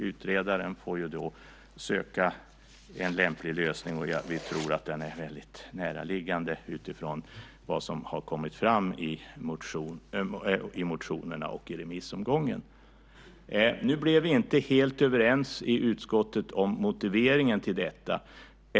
Utredaren får då söka en lämplig lösning. Vi tror att den är väldigt näraliggande utifrån vad som har kommit fram i motionerna och i remissomgången. Nu blev vi inte helt överens i utskottet om motiveringen till detta.